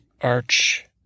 arch